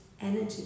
energy